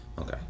Okay